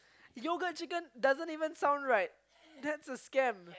yogurt chicken doesn't even sound right that's a scam